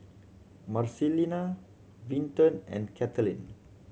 Marcelina Vinton and Cathleen